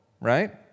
right